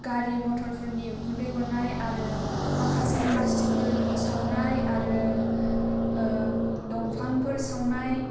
गारि मटरफोरनि उखुन्दै गनाय आरो माखासे प्लास्टिकफोर सावनाय आरो दंफांफोर सावनाय